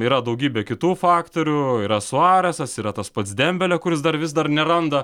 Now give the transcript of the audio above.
yra daugybė kitų faktorių yra suaresas yra tas pats demblio kuris dar vis dar neranda